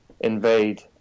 invade